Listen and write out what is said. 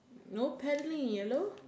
no paddling yellow